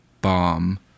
bomb